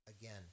Again